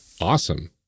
awesome